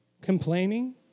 Complaining